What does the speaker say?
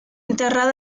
enterrado